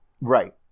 Right